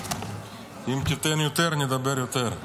אם תיתן יותר, נדבר יותר.